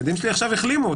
הילדים שלי עכשיו החלימו,